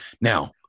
Now